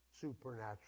Supernatural